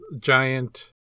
giant